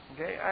Okay